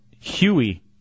Huey